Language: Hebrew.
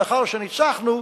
לאחר שניצחנו,